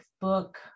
book